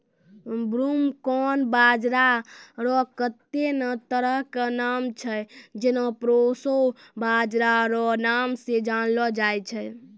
broomcorn बाजरा रो कत्ते ने तरह के नाम छै जेना प्रोशो बाजरा रो नाम से जानलो जाय छै